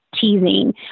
teasing